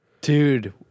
Dude